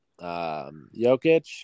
Jokic